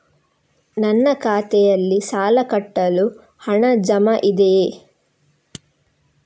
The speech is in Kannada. ನನ್ನ ಖಾತೆಯಲ್ಲಿ ಸಾಲ ಕಟ್ಟಲು ಹಣ ಜಮಾ ಇದೆಯೇ?